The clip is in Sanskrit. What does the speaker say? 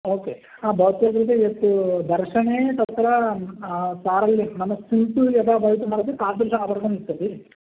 ओके भवत्याः कृते यत् दर्शने तत्र सारल्यं नाम सिम्पल् यथा भवितुमर्हति तादृशम् आभरणम् इच्छति